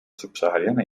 subsahariana